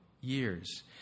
years